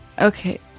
Okay